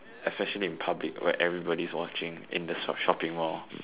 especially in public where everybody's watching in the shopping Mall